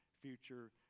future